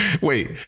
wait